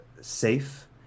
safe